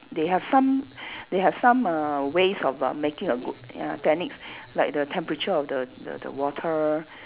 they have some they have some uh ways of err making a good ya techniques like the temperature of the the the the water